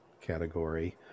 category